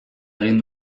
egin